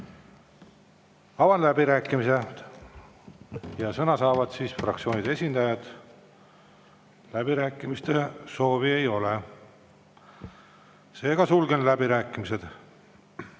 Avan läbirääkimised. Sõna saavad fraktsioonide esindajad. Läbirääkimiste soovi ei ole, seega sulgen läbirääkimised.